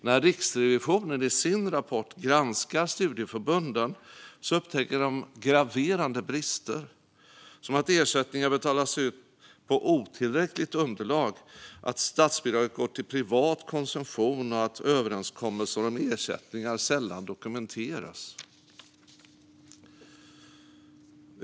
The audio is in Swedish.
När Riksrevisionen i sin rapport granskade studieförbunden upptäckte de graverande brister. Det handlar om sådant som att ersättningar betalas ut på otillräckligt underlag, att statsbidraget går till privat konsumtion och att överenskommelser om ersättningar sällan dokumenteras.